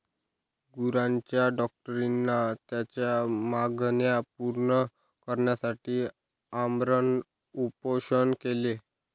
गुरांच्या डॉक्टरांनी त्यांच्या मागण्या पूर्ण करण्यासाठी आमरण उपोषण केले